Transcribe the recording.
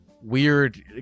weird